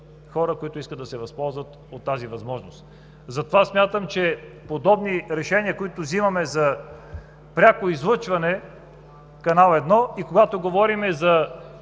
хора, които искат да се възползват от тази възможност. Затова смятам, че подобни решения, които вземаме за пряко излъчване по Канал 1, и когато говорим